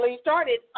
started